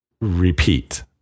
repeat